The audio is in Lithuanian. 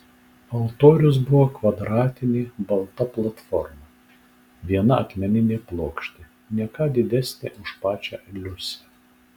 altorius buvo kvadratinė balta platforma viena akmeninė plokštė ne ką didesnė už pačią liusę